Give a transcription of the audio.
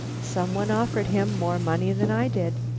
some one offered him more money than i did.